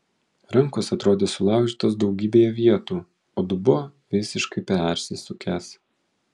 rankos atrodė sulaužytos daugybėje vietų o dubuo visiškai persisukęs